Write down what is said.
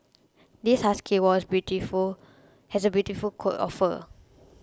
this husky was a beautiful has a beautiful coat of fur